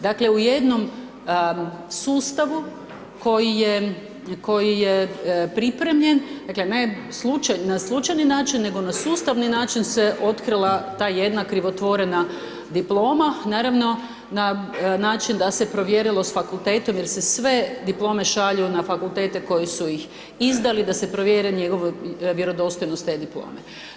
Dakle, u jednom sustavu koji je, koji je pripremljen, dakle ne na slučajni način nego na sustavni način se otkrila ta jedna krivotvorena diploma, naravno na način da se provjerilo s fakultetom jer se sve diplome šalju na fakultete koji su ih izdali da se provjeri vjerodostojnost te diplome.